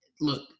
look